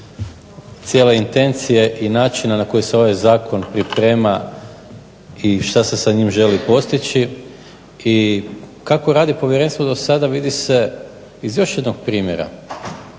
cijele intencije i načina na koji se ovaj zakon priprema i što se sa njim želi postići i kako radi povjerenstvo dosada vidi se iz još jednog primjera.